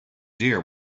deer